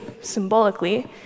symbolically